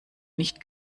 nicht